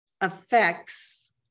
affects